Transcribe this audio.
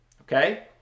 Okay